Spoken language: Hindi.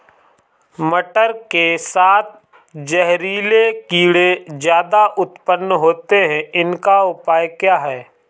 मटर के साथ जहरीले कीड़े ज्यादा उत्पन्न होते हैं इनका उपाय क्या है?